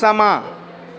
समां